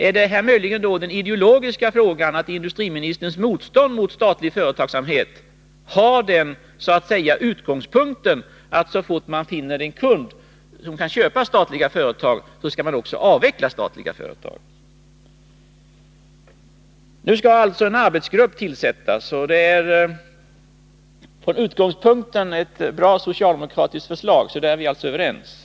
Är det här möjligen den ideologiska frågan — att industriministerns motstånd mot statlig företagsamhet så att säga har den utgångspunkten, att så fort man finner en kund som kan köpa statliga företag, så skall man också avveckla statliga företag? Nu skall alltså en arbetsgrupp tillsättas. Det är från början ett bra socialdemokratiskt förslag, så där är vi alltså överens.